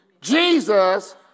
Jesus